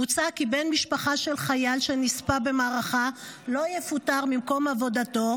מוצע כי בן משפחה של חייל שנספה במערכה לא יפוטר ממקום עבודתו